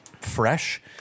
fresh